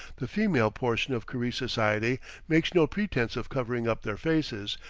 the female portion of karize society make no pretence of covering up their faces,